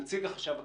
נציג של החשב הכללי,